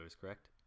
correct